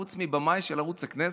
חוץ מהבמאי של ערוץ הכנסת,